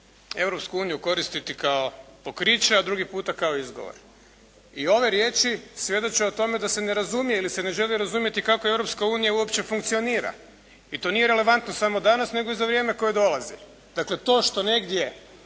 Europsku uniju koristiti kao pokriće, a drugi puta kao izgovor. I ove riječi svjedoče o tome da se ne razumije ili se ne želi razumjeti kako Europske unija uopće funkcionira i to nije relevantno samo danas nego i za vrijeme koje dolazi. Dakle, to što negdje,